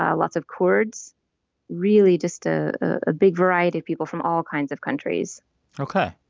ah lots of kurds really just a ah big variety of people from all kinds of countries ok.